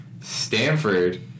Stanford